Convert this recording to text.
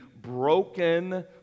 broken